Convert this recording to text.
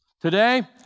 Today